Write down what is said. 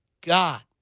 god